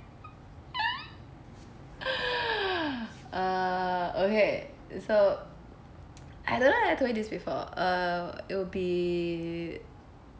uh okay so I don't know if I told you this before uh it'll be